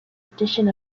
addition